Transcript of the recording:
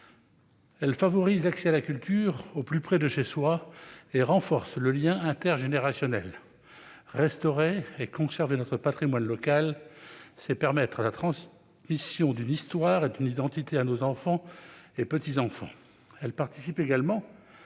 favorise l'accès à la culture au plus près de chez soi et renforce le lien intergénérationnel : restaurer et conserver notre patrimoine local, c'est permettre la transmission d'une histoire et d'une identité à nos enfants et petits-enfants.